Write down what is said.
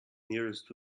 nearest